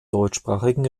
deutschsprachigen